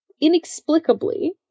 inexplicably